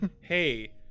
hey